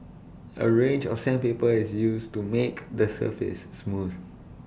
A range of sandpaper is used to make the surface smooth